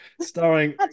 starring